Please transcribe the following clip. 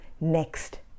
next